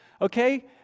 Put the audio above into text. okay